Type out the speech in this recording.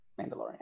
Mandalorian